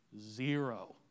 zero